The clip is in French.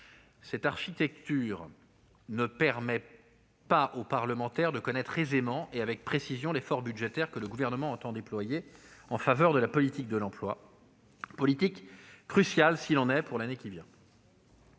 Cette architecture ne permet pas aux parlementaires de connaître aisément et avec précision l'effort budgétaire que le Gouvernement entend consacrer à la politique de l'emploi, politique cruciale s'il en est pour l'année qui vient.